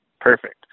perfect